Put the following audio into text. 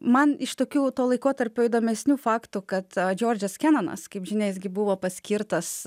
man iš tokių to laikotarpio įdomesnių faktų kad džordžas kenanas kaip žinia jis gi buvo paskirtas